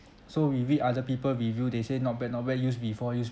so we read other people review they say not bad not bad use before use